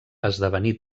esdevenir